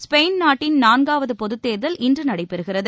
Spain நாட்டின் நான்காவது பொதுத்தேர்தல் இன்று நடைபெறுகிறது